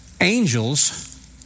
Angels